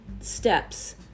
steps